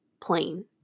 plain